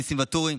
ניסים ואטורי,